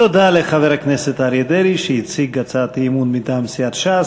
תודה לחבר הכנסת אריה דרעי שהציג הצעת אי-אמון מטעם סיעת ש"ס.